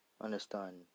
understand